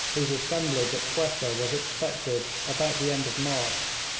whose assemblage at quetta was expected about the end of march.